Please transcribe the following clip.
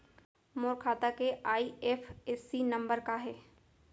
मोर खाता के IFSC number का हे?